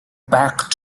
back